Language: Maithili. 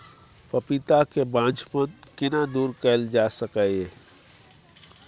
पपीता के बांझपन केना दूर कैल जा सकै ये?